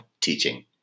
teaching